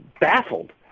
baffled